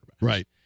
Right